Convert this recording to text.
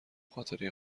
خاطره